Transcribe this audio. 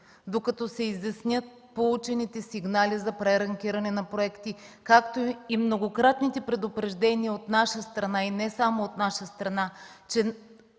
докато се изяснят получените сигнали за преориентиране на проекти, както и многократните предупреждения от наша страна, и не само от наша страна,